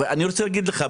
אני רוצה להגיד לך,